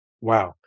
Wow